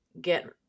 get